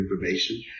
information